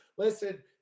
Listen